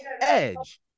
Edge